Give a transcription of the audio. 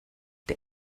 der